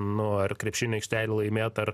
nu ar krepšinio aikštelių laimėt ar